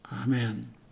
amen